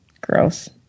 Gross